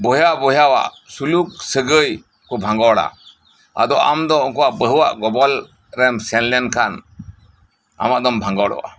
ᱵᱚᱭᱦᱟ ᱵᱚᱭᱦᱟᱣᱟᱜ ᱥᱩᱞᱩᱠ ᱥᱟᱜᱟᱹᱭ ᱠᱚ ᱵᱷᱟᱸᱜᱚᱲᱟ ᱟᱫᱚ ᱟᱢ ᱫᱚ ᱩᱱᱠᱚᱣᱟᱜ ᱵᱟᱦᱩᱣᱟᱜ ᱜᱚᱵᱚᱞ ᱨᱮᱢ ᱥᱮᱱ ᱞᱮᱱ ᱠᱷᱟᱱ ᱟᱢᱟᱜ ᱫᱚᱢ ᱵᱷᱟᱸᱜᱚᱲᱚᱜᱼᱟ